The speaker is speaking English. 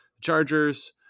chargers